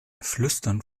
flüstern